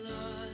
lost